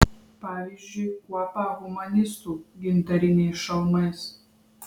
pavyzdžiui kuopą humanistų gintariniais šalmais